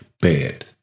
bad